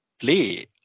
play